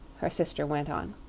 her sister went on.